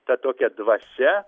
ta tokia dvasia